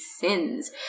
sins